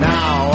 Now